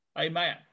Amen